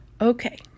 Okay